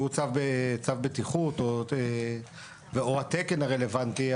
שהוא צו בטיחות או התקן הרלוונטי.